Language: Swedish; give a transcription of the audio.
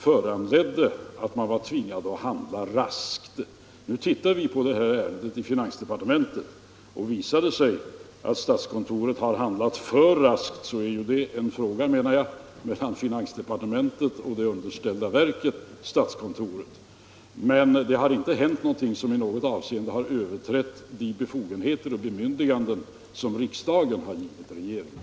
Man var alltså tvingad att handla raskt. Nu studerar vi detta ärende i finansdepartementet. Jag menar dock att om det visar sig att statskontoret har handlat för raskt, är det en fråga mellan finansdepartementet och den underställda myndigheten statskontoret. Inget har hänt som i något avseende gått utöver de befogenheter och bemyndiganden som riksdagen givit regeringen.